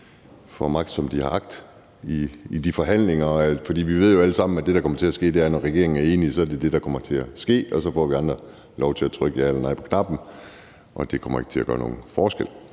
får magt, som de har agt, i de forhandlinger, for vi ved jo alle sammen, at når regeringen er enig om noget, er det det, der kommer til at ske, og så får vi andre lov til at trykke ja eller nej på knappen, og det kommer ikke til at gøre nogen forskel.